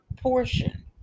portion